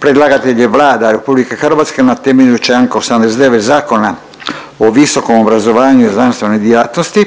Predlagatelj je Vlada RH na temelju čl. 89 Zakona o visokom obrazovanju i znanstvenoj djelatnosti